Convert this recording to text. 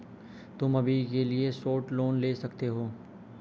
तुम अभी के लिए शॉर्ट लोन ले सकते हो